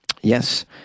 yes